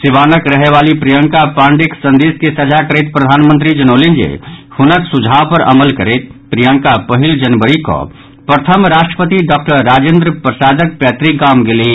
सिवानक रहयवाली प्रियंका पांडेयक संदेश के साझा करैत प्रधानमंत्री जनौलनि जे हुनक सुझाव पर अमल करैत प्रियंका पहिल जनवारी कऽ प्रथम राष्ट्रपति डॉक्टर राजेन्द्र प्रसादक पैतृक गाम गेलिह